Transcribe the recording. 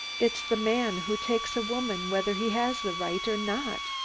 it's the man who takes a woman, whether he has the right or not,